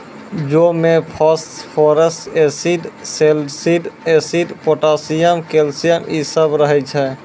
जौ मे phosphorus acid, सैलसिड एसिड, पोटाशियम, कैल्शियम इ सभ रहै छै